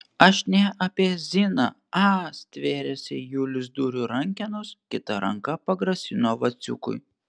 aš ne apie ziną a stvėrėsi julius durų rankenos kita ranka pagrasino vaciukui